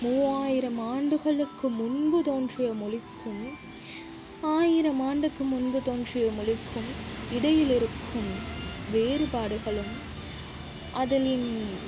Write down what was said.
மூவாயிரம் ஆண்டுகளுக்கு முன்பு தோன்றிய மொழிக்கும் ஆயிரம் ஆண்டுக்கு முன்பு தோன்றிய மொழிக்கும் இடையில் இருக்கும் வேறுபாடுகளும் அதனின்